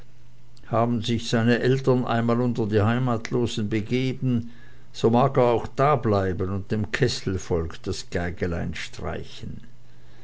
haben sich seine eltern einmal unter die heimatlosen begeben so mag er auch dableiben und dem kesselvolk das geigelein streichen